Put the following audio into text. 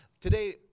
today